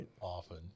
often